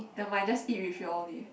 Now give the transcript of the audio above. never mind just eat with you all only